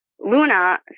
Luna